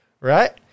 right